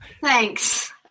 thanks